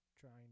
trying